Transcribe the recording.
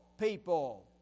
people